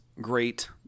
great